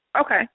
Okay